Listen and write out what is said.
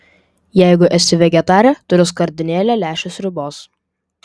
jeigu esi vegetarė turiu skardinėlę lęšių sriubos